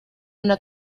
una